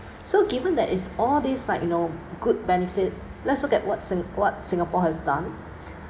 so given that is all these like you know good benefits let's look at what sing~ what singapore has done